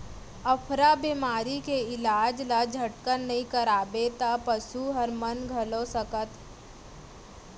अफरा बेमारी के इलाज ल झटकन नइ करवाबे त पसू हर मन घलौ सकत हे